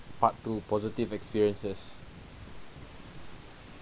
part two positive experiences